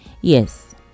Yes